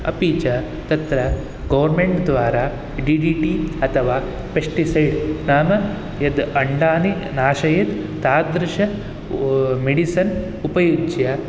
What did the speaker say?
अपि च तत्र गोर्मेण्ट् द्वारा डि डि टि अथवा पेस्टिसैड् नाम यद् अण्डानि नाशयेत् तादृश मेडिसन् उपयुज्य